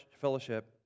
fellowship